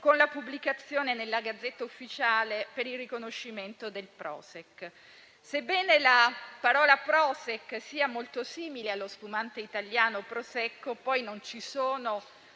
con la pubblicazione nella Gazzetta ufficiale per il riconoscimento del Prošek*.* Sebbene la parola Prošek sia molto simile allo spumante italiano prosecco poi non ci sono